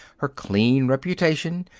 her clean reputation,